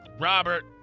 Robert